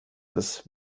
ist